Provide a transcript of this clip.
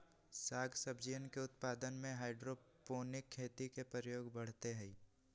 साग सब्जियन के उत्पादन में हाइड्रोपोनिक खेती के प्रयोग बढ़ते हई